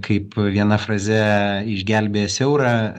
kaip viena fraze išgelbės eurą